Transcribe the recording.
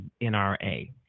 NRA